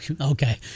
okay